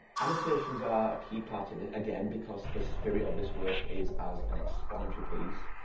annotations are a key part of it, again because the spirit of this work is as an explanatory piece.